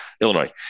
Illinois